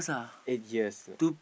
eight years